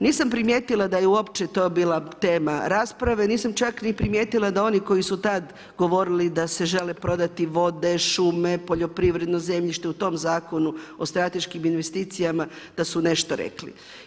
Nisam primijetila da je uopće to bila tema rasprave, nisam čak ni primjetila, da oni koji su tada govorili da se žele prodati vode, šume, poljoprivredno zemljište u tom Zakonu o strateškim investicijama da su nešto rekli.